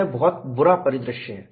यह बहुत बुरा परिदृश्य है